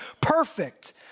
perfect